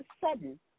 sudden